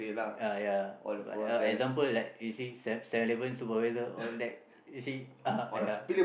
uh ya but example like you see se~ Seven-Eleven supervisor all that you see uh ya